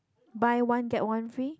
buy one get one free